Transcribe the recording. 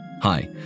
Hi